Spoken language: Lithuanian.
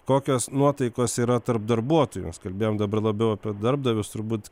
kokios nuotaikos yra tarp darbuotojų mes kalbėjom dabar labiau apie darbdavius turbūt